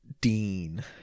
Dean